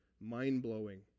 mind-blowing